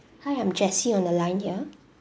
hi I'm jessie on the line here